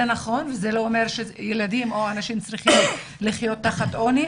זה נכון וזה לא אומר שילדים או אנשים צריכים לחיות תחת עוני,